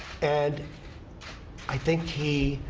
and i think he,